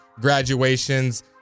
graduations